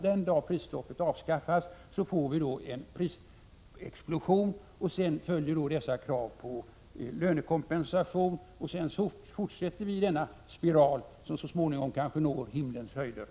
Den dag prisstoppet avskaffas får vi en prisexplosion, och sedan följer kraven på lönekompensation och så fortsätter vi denna spiral som så småningom kanske når himlens höjder.